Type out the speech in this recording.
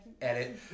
edit